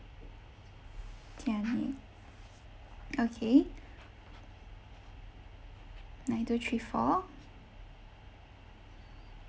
tiani okay nine two three four